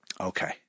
okay